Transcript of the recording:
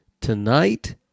tonight